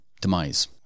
demise